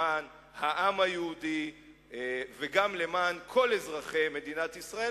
למען העם היהודי ולמען כל אזרחי מדינת ישראל.